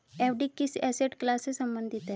FD किस asset class से संबंधित है?